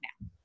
now